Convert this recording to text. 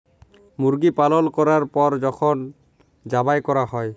মুরগি পালল ক্যরার পর যখল যবাই ক্যরা হ্যয়